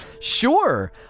Sure